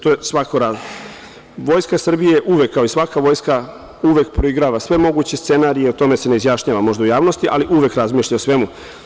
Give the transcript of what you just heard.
Vojska Srbije uvek kao i svaka vojska, uvek proigrava sve moguće scenarije, o tome se ne izjašnjava možda u javnosti, ali uvek razmišlja u svemu.